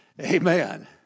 Amen